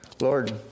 Lord